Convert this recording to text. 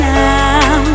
now